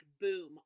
boom